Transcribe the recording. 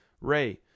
Ray